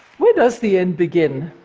where does the end begin?